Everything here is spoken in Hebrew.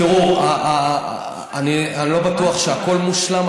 תראו, אני לא בטוח שהכול מושלם.